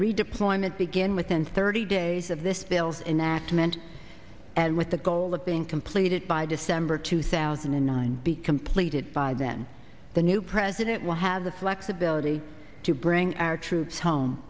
redeployment begin within thirty days of this bill's enactment and with the goal of being completed by december two thousand and nine be completed by then the new it will have the flexibility to bring our troops home